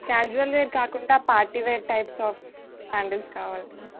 casual wear కాకుండా party wear types of sandals కావాలండి